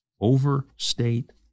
Overstate